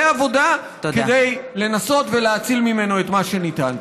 עבודה כדי לנסות ולהציל ממנו את מה שניתן.